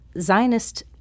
Zionist